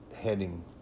heading